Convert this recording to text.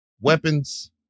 weapons